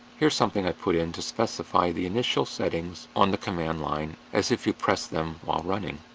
here's something i put in to specify the initial settings on the command line as if you pressed them while running.